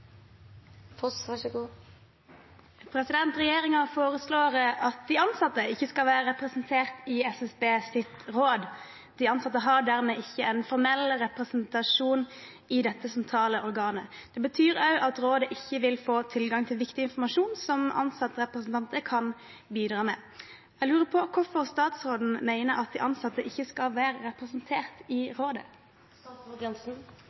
foreslår at de ansatte ikke skal være representert i SSBs råd. De ansatte har dermed ikke en formell representasjon i dette sentrale organet. Det betyr at rådet ikke vil få tilgang til viktig informasjon som ansattrepresentanter kan bidra med. Jeg lurer på hvorfor statsråden mener at de ansatte ikke skal være representert i